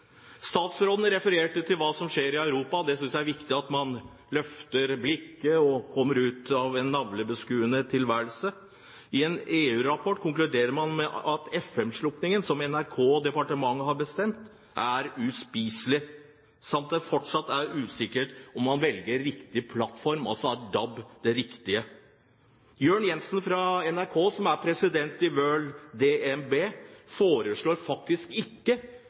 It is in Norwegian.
Statsråden refererte til hva som skjer i Europa. Jeg synes det er viktig at man løfter blikket og kommer ut av en navlebeskuende tilværelse. I en EU-rapport konkluderer man med at FM-slukkingen, som NRK og departementet har bestemt skal skje, er uspiselig, samt at det fortsatt er usikkert om man velger riktig plattform, om DAB er det riktige. Jørn Jensen fra NRK, som er president i WorldDMB, foreslår faktisk ikke